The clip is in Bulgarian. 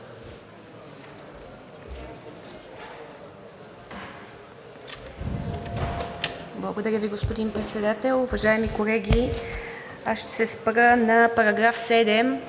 Благодаря Ви, господин Председател. Уважаеми колеги! Аз ще се спра на § 7,